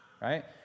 right